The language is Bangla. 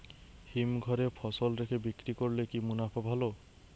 হিমঘরে ফসল রেখে বিক্রি করলে কি মুনাফা ভালো?